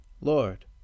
Lord